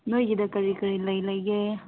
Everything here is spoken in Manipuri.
ꯅꯈꯣꯏꯒꯤꯗ ꯀꯔꯤ ꯀꯔꯤ ꯂꯩ ꯂꯩꯕꯒ